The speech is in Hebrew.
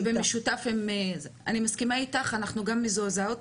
אני מסכימה איתך, אנחנו גם מזועזעות.